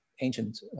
ancient